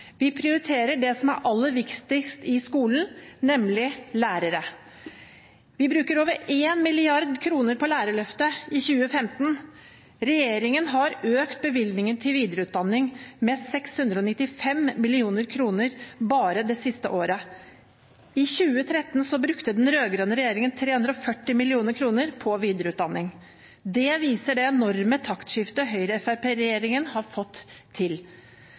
Vi prioriterer det som er aller viktigst i skolen, nemlig lærere. Vi bruker over 1 mrd. kr på Lærerløftet i 2015. Regjeringen har økt bevilgningen til videreutdanning med 695 mill. kr bare det siste året. I 2013 brukte den rød-grønne regjeringen 340 mill. kr på videreutdanning. Det viser det enorme taktskiftet Høyre–Fremskrittsparti-regjeringen har fått til.